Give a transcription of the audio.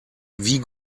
wie